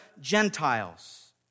Gentiles